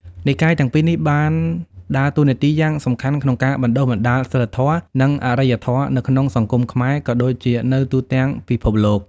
និកាយទាំងពីរនេះបានដើរតួនាទីយ៉ាងសំខាន់ក្នុងការបណ្តុះបណ្តាលសីលធម៌ និងអរិយធម៌នៅក្នុងសង្គមខ្មែរ ក៏ដូចជានៅទូទាំងពិភពលោក។